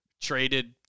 traded